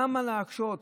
למה להקשות?